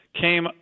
came